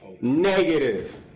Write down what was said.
negative